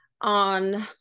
on